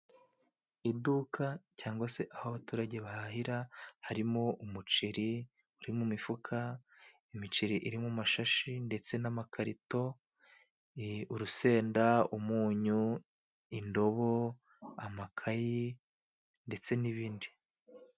Iduka cyangwa se aho abaturage bahahira harimo umuceri uri mu mifuka, imiceri iri mu mashashi ndetse n'amakarito, urusenda, umunyu, indobo, amakayi ndetse n'ibindi.